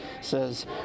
says